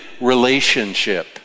relationship